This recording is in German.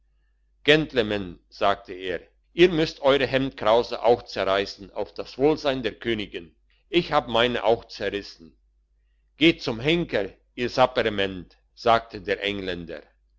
gentleman sagte er ihr müsst eure hemdkrause auch zerreissen auf das wohlsein der königin ich hab meine auch zerrissen geht zum henker ihr sapperment sagte der engländer